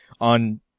on